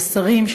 של השרים,